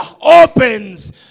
opens